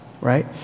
right